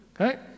Okay